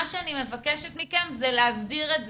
מה שאני מבקשת מכם זה להסדיר את זה,